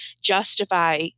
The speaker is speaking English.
justify